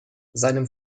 seinem